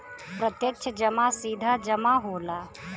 प्रत्यक्ष जमा सीधा जमा होला